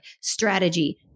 strategy